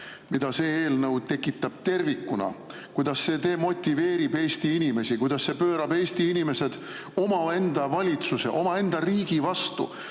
mida see eelnõu tekitab tervikuna, kuidas see demotiveerib Eesti inimesi, kuidas see pöörab Eesti inimesed omaenda valitsuse, omaenda riigi vastu,